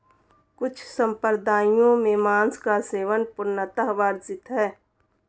कुछ सम्प्रदायों में मांस का सेवन पूर्णतः वर्जित है